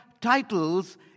titles